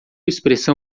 expressão